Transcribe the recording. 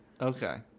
Okay